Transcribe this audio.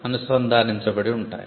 అనుసంధానించబడి ఉంటాయి